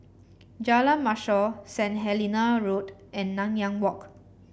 Jalan Mashor Saint Helena Road and Nanyang Walk